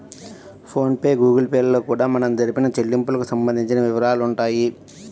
phone pay Google Pay లలో కూడా మనం జరిపిన చెల్లింపులకు సంబంధించిన వివరాలుంటాయి